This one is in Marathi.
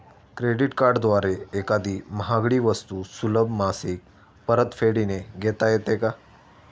क्रेडिट कार्डद्वारे एखादी महागडी वस्तू सुलभ मासिक परतफेडने घेता येते का?